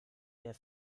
der